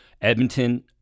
Edmonton